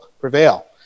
prevail